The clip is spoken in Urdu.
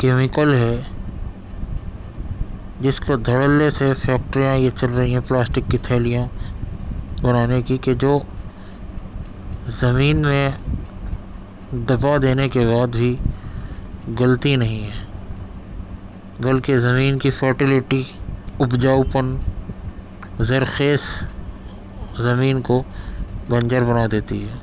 کیمیکل ہے جس کو دھڑلے سے یہ فیکٹریاں یہ چل رہی ہیں پلاسٹک کی تھیلیاں بنانے کی کہ جو زمین میں دبا دینے کے بعد بھی گلتی نہیں ہے بلکہ زمین کی فرٹیلٹی اپجاؤ پن زرخیز زمین کو بنجر بنا دیتی ہے